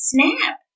Snap